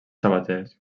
sabaters